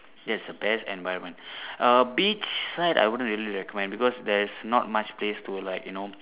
yes the best environment uh beach side I wouldn't really recommend because there's not much place to like you know